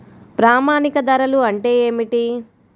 ప్రామాణిక ధరలు అంటే ఏమిటీ?